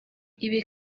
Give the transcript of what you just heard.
ibi